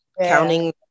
counting